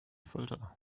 folter